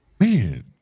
man